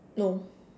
no